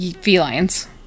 Felines